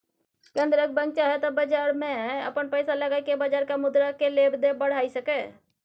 केंद्रक बैंक चाहे त बजार में अपन पैसा लगाई के बजारक मुद्रा केय लेब देब बढ़ाई सकेए